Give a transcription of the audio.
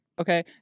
okay